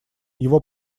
его